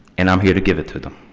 and i'm here to give it to them.